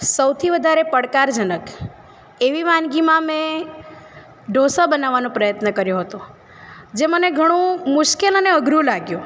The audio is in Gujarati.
સૌથી વધારે પડકારજનક એવી વાનગીમાં મેં ઢોસા બનાવવાનો પ્રયત્ન કર્યો હતો જે મને ઘણું મુશ્કેલ અને અઘરું લાગ્યું